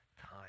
time